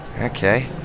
Okay